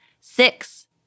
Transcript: Six